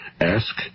Ask